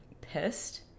pissed